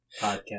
podcast